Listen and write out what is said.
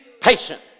patient